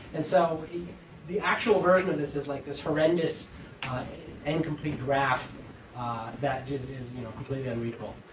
and so the actual version of this is like this horrendous incomplete graph that just is you know completely unreadable.